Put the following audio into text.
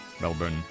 Melbourne